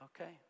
Okay